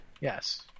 Yes